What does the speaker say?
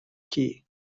key